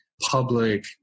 public